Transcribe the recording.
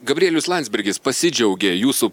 gabrielius landsbergis pasidžiaugė jūsų